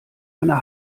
eine